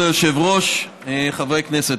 כבוד היושב-ראש, חברי הכנסת.